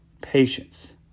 patience